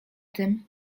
tym